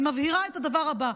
אני מבהירה את הדבר הבא.